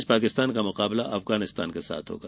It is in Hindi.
आज पाकिस्तान का मुकाबला अफगानिस्तान से होगा